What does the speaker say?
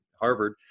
harvard